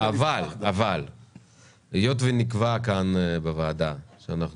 אבל היות ונקבע כאן בוועדה שאנחנו